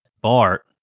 Bart